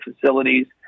facilities